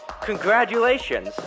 Congratulations